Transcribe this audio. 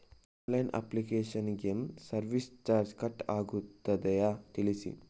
Online application ಗೆ service charge cut ಆಗುತ್ತದೆಯಾ ತಿಳಿಸಿ?